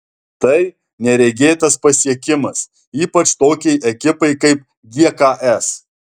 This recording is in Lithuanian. tai neregėtas pasiekimas ypač tokiai ekipai kaip gks